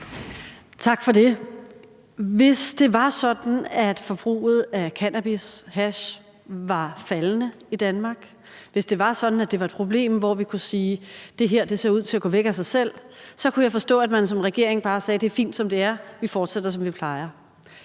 Tak for det. Hvis det var sådan, at forbruget af cannabis, hash, var faldende i Danmark, hvis det var sådan, at det var et problem, hvor vi kunne sige, at det her ser ud til at gå væk af sig selv, så kunne jeg forstå, at man som regering bare sagde: Det er fint, som det er; vi fortsætter, som vi plejer.